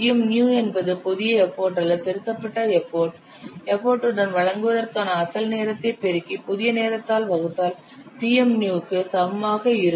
Pm new என்பது புதிய effort அல்லது திருத்தப்பட்ட எஃபர்ட் எபோடுடன் வழங்குவதற்கான அசல் நேரத்தை பெருக்கி புதிய நேரத்தால் வகுத்தால் Pm new க்கு சமமாக இருக்கும்